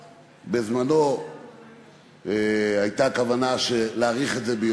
שבזמנו הייתה כוונה להאריך את החופשה יותר.